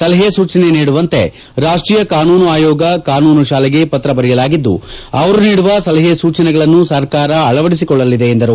ಸಲಹೆ ಸೂಚನೆ ನೀಡುವಂತೆ ರಾಷ್ಟೀಯ ಕಾನೂನು ಆಯೋಗ ಕಾನೂನು ಶಾಲೆಗೆ ಪತ್ರ ಬರೆಯಲಾಗಿದ್ದು ಅವರು ನೀಡುವ ಸಲಹೆ ಸೂಚನೆಗಳನ್ನು ಸರ್ಕಾರ ಅಳವಡಿಸಿಕೊಳ್ಳಲಿದೆ ಎಂದರು